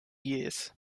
years